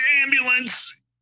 ambulance